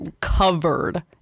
covered